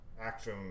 Action